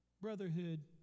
brotherhood